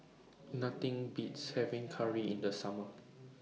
Nothing Beats having Curry in The Summer